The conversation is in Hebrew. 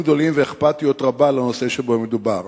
גדולים ואכפתיות רבה לנושא שבו מדובר.